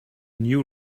new